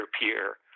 peer